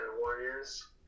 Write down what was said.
warriors